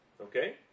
Okay